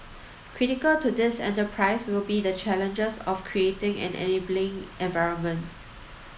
critical to this enterprise will be the challenges of creating an enabling environment